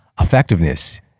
Effectiveness